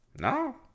no